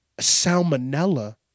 Salmonella